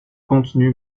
contenu